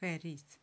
Paris